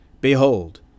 Behold